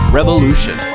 Revolution